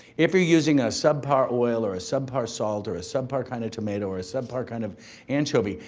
if you're using a subpar oil or a subpar salt or a subpar kind of tomato or a subpar kind of anchovy,